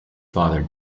father